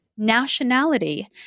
nationality